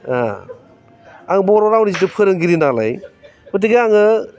आं बर' रावनि जिथु फोरोंगिरि नालाय गथिखे आङो